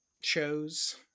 shows